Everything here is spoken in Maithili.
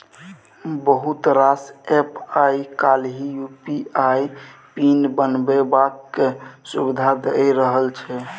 बहुत रास एप्प आइ काल्हि यु.पी.आइ पिन बनेबाक सुविधा दए रहल छै